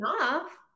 off